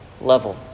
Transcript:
level